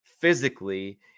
physically